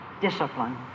discipline